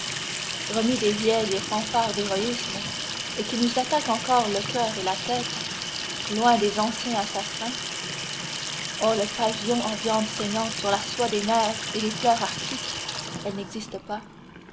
remis des vieilles fanfares d'héroïsme et qui nous attaquent encore le coeur et la tête loin des anciens assassins oh le pavillon en viande saignante sur la soie des mers et des fleurs arctiques